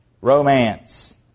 romance